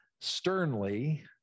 sternly